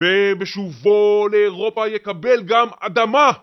ובשובו לאירופה יקבל גם אדמה